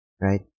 Right